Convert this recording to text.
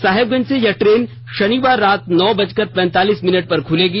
साहिबगंज से यह ट्रेन शनिवार रात नौ बजकर पैतालीस मिनट पर खुलेगी